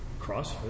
CrossFit